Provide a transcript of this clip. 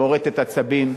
מורטת עצבים,